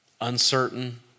uncertain